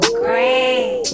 great